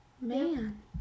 Man